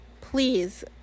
please